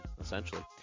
essentially